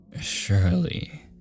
Surely